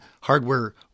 hardware